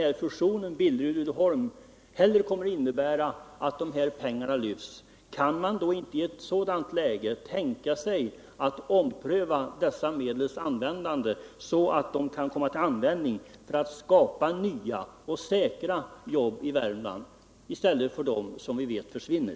Om fusionen Billerud-Uddeholm innebär att pengarna inte behöver lyftas, kan man då inte tänka sig att medlen kan komma till användning för att skapa nya och säkra jobb i Värmland i stället för dem som vi vet försvinner?